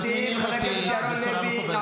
מזמינים אותי בצורה מכובדת,